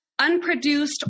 unproduced